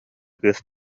кыыс